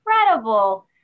incredible